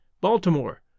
Baltimore